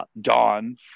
Dawn